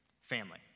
Family